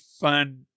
fun